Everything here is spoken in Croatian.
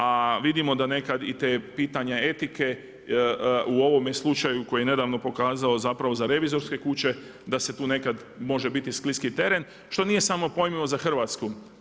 A vidimo da nekad i ta pitanja etike u ovome slučaju koji je nedavno pokazao zapravo za revizorske kuće da se tu nekad, može biti i skliski teren što nije samo pojmljivo za Hrvatsku.